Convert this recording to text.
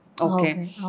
Okay